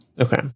Okay